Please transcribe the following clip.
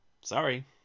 Sorry